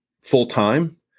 full-time